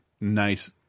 nice